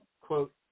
quote